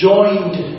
Joined